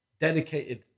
dedicated